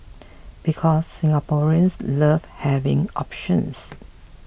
because Singaporeans love having options